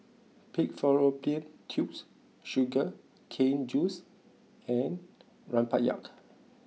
Pig Fallopian Tubes Sugar Cane Juice and Rempeyek